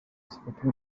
zifata